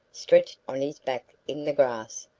stretched on his back in the grass,